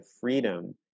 freedom